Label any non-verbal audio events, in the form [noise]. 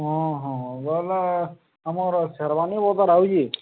ହଁ ହଁ ବେଲେ ଆମର୍ ସେର୍ୱାନୀ [unintelligible] ଆଉଛେ